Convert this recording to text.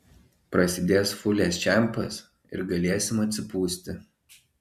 prasidės fūlės čempas ir galėsim atsipūsti